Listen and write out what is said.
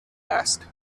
asked